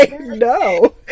no